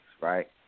right